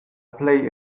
plej